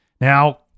Now